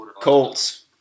Colts